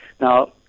Now